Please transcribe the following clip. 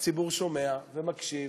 והציבור שומע ומקשיב,